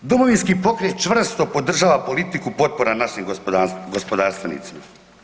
Domovinski pokret čvrsto podržava politiku potpora našim gospodarstvenicima.